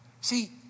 See